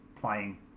playing